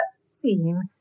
seen